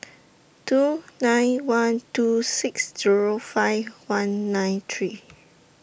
two nine one two six Zero five one nine three